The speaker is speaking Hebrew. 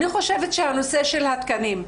אני חושבת שהנושא של התקנים,